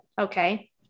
Okay